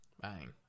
Bang